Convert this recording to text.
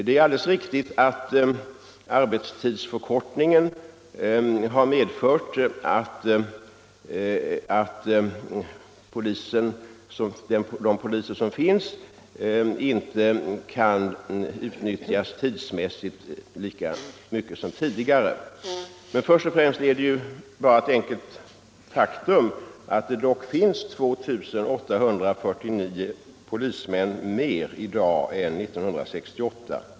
Det är alldeles riktigt att arbetstidsförkortningen har medfört att de poliser som finns inte kan utnyttjas tidsmässigt lika mycket som tidigare. Men först och främst är det ju ett enkelt faktum att det dock finns 2849 polismän mer i dag än 1968.